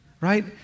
Right